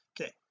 okay